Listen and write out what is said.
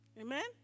Amen